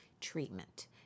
treatment